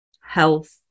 health